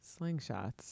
slingshots